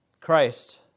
Christ